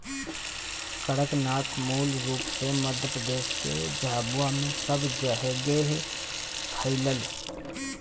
कड़कनाथ मूल रूप से मध्यप्रदेश के झाबुआ से सब जगेह फईलल